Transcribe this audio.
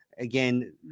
Again